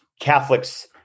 Catholics